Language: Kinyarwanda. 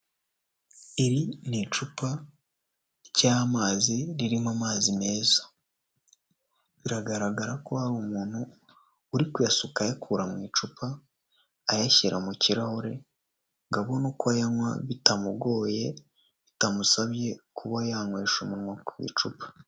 Iri ni icupa ry'amazi, ririmo amazi meza, biragaragara ko hari umuntu uri kuyasuka ayakura mu icupa, ayashyira mu kirahure ngo abone uko ayanywa bitamugoye, bitamusabye kuba yanywesha umunwa ku icupa.